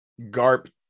garp